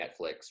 netflix